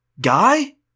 guy